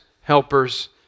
helpers